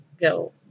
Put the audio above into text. go